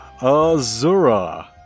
Azura